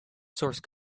source